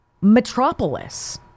metropolis